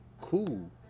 Cool